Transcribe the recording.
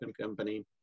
company